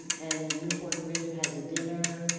and newport rib has a dinner,